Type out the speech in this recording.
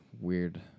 weird